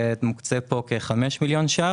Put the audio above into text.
מוקצה כאן סכום של כ-5 מיליון שקלים.